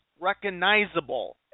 recognizable